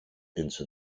into